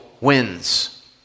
wins